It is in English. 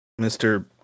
Mr